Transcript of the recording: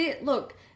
Look